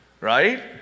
Right